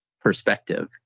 perspective